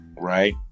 Right